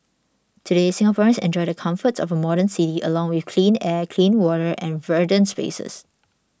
today Singaporeans enjoy the comforts of a modern city along with clean air clean water and verdant spaces